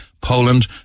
Poland